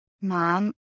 mom